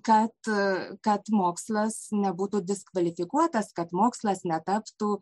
kad kad mokslas nebūtų diskvalifikuotas kad mokslas netaptų